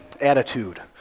attitude